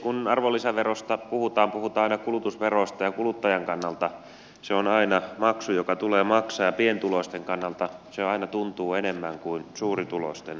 kun arvonlisäverosta puhutaan puhutaan aina kulutusveroista ja kuluttajan kannalta se on aina maksu joka tulee maksaa ja pienituloisten kannalta se aina tuntuu enemmän kuin suurituloisten kannalta